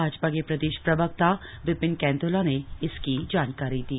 भाजपा के प्रदेश प्रवक्ता विपिन कैंथोला ने इसकी जानकारी दी